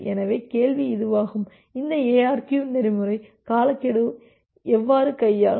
எனவே கேள்வி இதுவாகும் இந்த எஆர்கியு நெறிமுறை காலக்கெடுவை எவ்வாறு கையாளும்